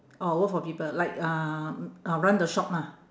oh work for people like uh uh run the shop lah